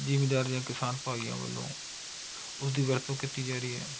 ਜਿੰਮੀਦਾਰ ਜਾਂ ਕਿਸਾਨ ਭਾਈਆਂ ਵੱਲੋਂ ਉਸਦੀ ਵਰਤੋਂ ਕੀਤੀ ਜਾ ਰਹੀ ਹੈ